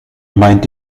meint